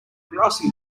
grassy